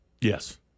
Yes